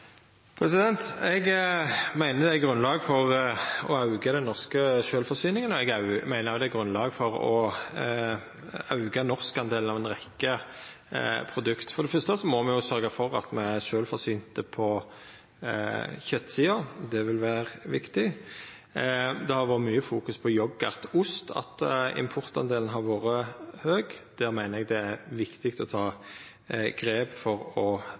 Eg meiner det er grunnlag for å auka den norske sjølvforsyninga, og eg meiner òg det er grunnlag for å auka norskandelen av ei rekkje produkt. For det første må me sørgja for at me er sjølvforsynte på kjøtsida. Det vil vera viktig. Det har vore mykje fokus på yoghurt og ost, at importandelen har vore høg. Der meiner eg det er viktig å ta grep for å